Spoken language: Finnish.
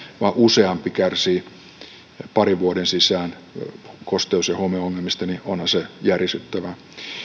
vaan useampi parin vuoden sisään kärsii kosteus ja homeongelmista ja onhan se järisyttävää